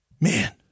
Man